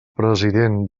president